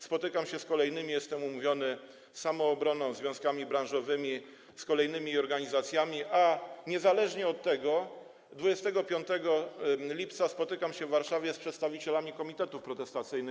Spotykam się z kolejnymi, jestem umówiony z Samoobroną, związkami branżowymi, z kolejnymi organizacjami, a niezależnie od tego 25 lipca spotykam się w Warszawie z przedstawicielami komitetów protestacyjnych.